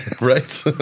Right